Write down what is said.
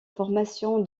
formation